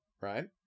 right